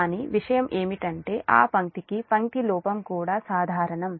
కానీ విషయం ఏమిటంటే ఆ పంక్తికి పంక్తి లోపం కూడా సాధారణం